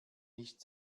nicht